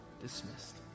dismissed